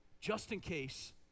just-in-case